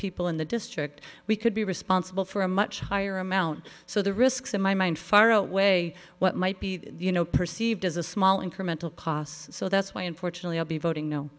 people in the district we could be responsible for a much higher amount so the risks in my mind far away what might be you know perceived as a small incremental cost so that's why unfortunately i'll be voting